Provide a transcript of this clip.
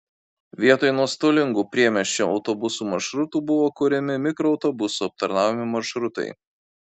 vietoj nuostolingų priemiesčio autobusų maršrutų buvo kuriami mikroautobusų aptarnaujami maršrutai